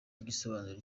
igisobanuro